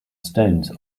stones